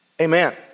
Amen